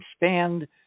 expand